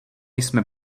jsme